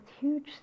huge